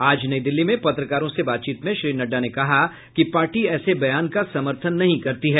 आज नई दिल्ली में पत्रकारों से बातचीत में श्री नड्डा ने कहा कि पार्टी ऐसे बयान का समर्थन नहीं करती है